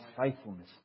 faithfulness